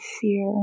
fear